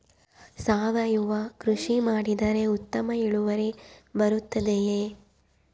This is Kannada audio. ಸಾವಯುವ ಕೃಷಿ ಮಾಡಿದರೆ ಉತ್ತಮ ಇಳುವರಿ ಬರುತ್ತದೆಯೇ?